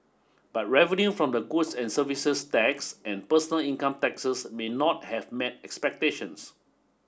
but revenue from the goods and services tax and personal income taxes may not have met expectations